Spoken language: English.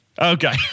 Okay